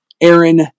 Aaron